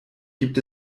gibt